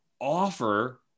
offer